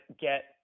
get